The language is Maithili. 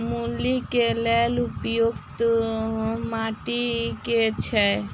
मूली केँ लेल उपयुक्त माटि केँ छैय?